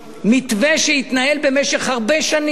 מתווה שהתנהל במשך הרבה שנים,